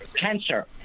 cancer